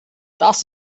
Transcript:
das